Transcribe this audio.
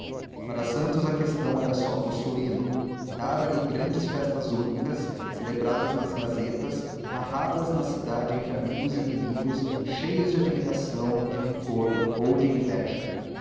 para santos a questão era só possuí-lo dar ali grandes festas únicas celebradas nas gazetas narradas na cidade entre amigos e inimigos cheios de admiração de rancor ou de inveja